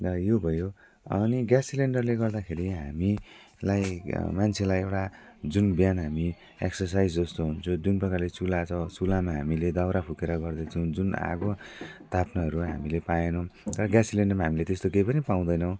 र यो भयो अनि ग्यास सिलेन्डरले गर्दाखेरि हामीलाई मान्छेलाई एउटा जुन बिहान हामी एक्सर्साइज जस्तो हुन्छौँ जुन प्रकारले चुला छ चुलामा हामीले दाउरा फुकेर गर्दछौँ जुन आगो ताप्नुहरू हामीले पाएनौँ र ग्यास सिलेन्डरमा हामीले त्यस्तो केही पनि पाउँदैनौँ